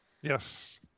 Yes